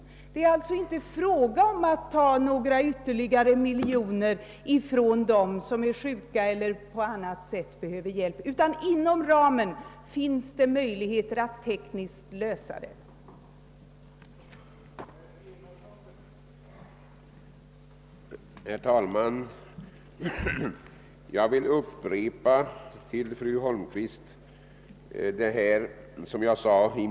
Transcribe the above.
Det är alltså inte fråga om att ta några ytterligare miljoner från dem som är sjuka eller på annat sätt behöver hjälp, utan det finns möjligheter att tekniskt lösa uppgiften inom den angivna ramen.